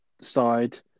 side